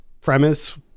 premise